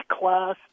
class